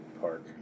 park